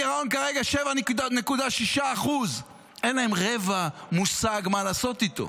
הגירעון כרגע 7.6%. אין להם רבע מושג מה לעשות איתו,